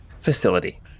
facility